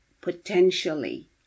potentially